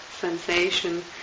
sensation